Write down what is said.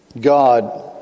God